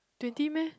twenty meh